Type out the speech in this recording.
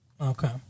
Okay